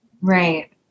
Right